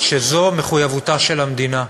שזו מחויבותה של המדינה,